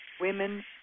women